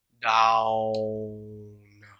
down